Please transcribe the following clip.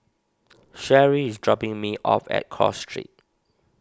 Sherrie is dropping me off at Cross Street